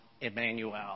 Emmanuel